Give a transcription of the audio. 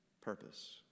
purpose